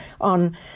on